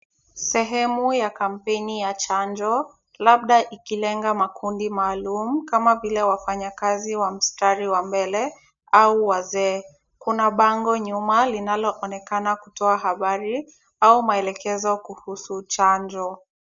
Sehemu ya kampeni ya chanjo labda ikilenga makundi maalum kama vile wafanyikazi wa mtari wa mbele au wazee. Kuna bango nyuma linaloonekana kutoa habari au maelekezo kuhusu chanjo.